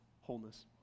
wholeness